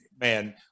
Man